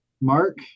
Mark